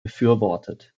befürwortet